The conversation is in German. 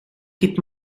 geht